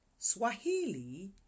Swahili